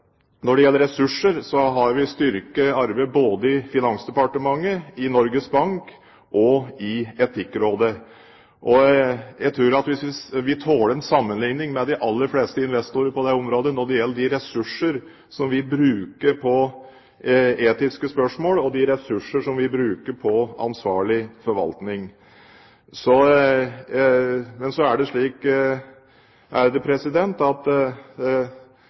når det gjelder ressurser, har vi styrket arbeidet både i Finansdepartementet, i Norges Bank og i Etikkrådet. Jeg tror at vi tåler en sammenlikning med de aller fleste investorer på det området når det gjelder de ressurser som vi bruker på etiske spørsmål, og de ressurser som vi bruker på ansvarlig forvaltning. Men så er det slik